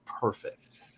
perfect